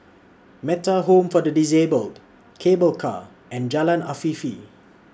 Metta Home For The Disabled Cable Car and Jalan Afifi